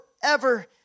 forever